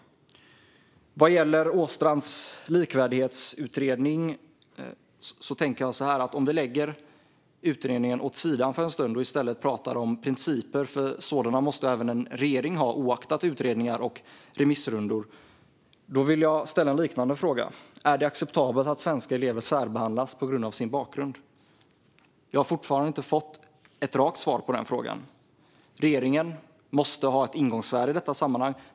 Vad gäller Åstrands likvärdighetsutredning kan vi lägga den åt sidan för en stund och i stället prata om principer, för sådana måste även en regering ha, oaktat utredningar och remissrundor. Min andra, liknande fråga som jag vill ställa är: Är det acceptabelt att svenska elever särbehandlas på grund av sin bakgrund? Jag har fortfarande inte fått ett rakt svar på den frågan. Regeringen måste ha ett ingångsvärde i detta sammanhang.